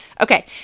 okay